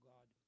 God